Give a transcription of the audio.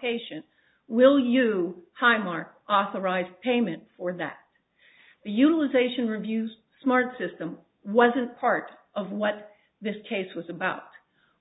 patients will you highmark authorize payment for that the utilization reviews smart system wasn't part of what this case was about